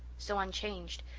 so unchanged,